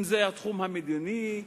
אם זה התחום המדיני,